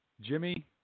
Jimmy